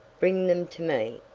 bring them to me.